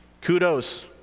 kudos